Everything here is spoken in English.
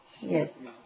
Yes